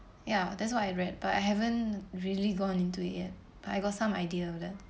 ya that's what I read but I haven't really gone into it yet I got some idea of that